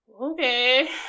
Okay